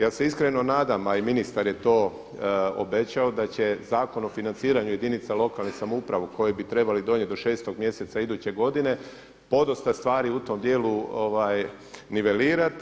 Ja se iskreno nadam, a i ministar je to obećao da će Zakon o financiranju jedinica lokalne samouprave koji bi trebali donijeti do 6 mjeseca iduće godine podosta stvari u tom dijelu nivelirati.